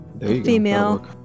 female